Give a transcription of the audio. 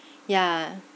yeah